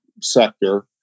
sector